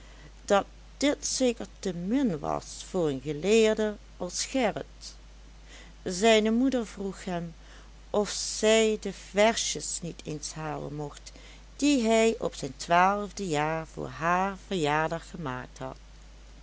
dat dit zeker te min was voor een geleerde als gerrit zijne moeder vroeg hem of zij de versjes niet eens halen mocht die hij op zijn twaalfde jaar voor haar verjaardag gemaakt had